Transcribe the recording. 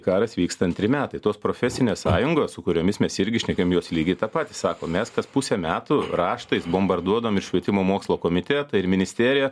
karas vyksta antri metai tos profesinės sąjungos su kuriomis mes irgi šnekėjom jos lygiai tą patį sako mes kas pusę metų raštais bombarduodavom ir švietimo mokslo komitetą ir ministeriją